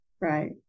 Right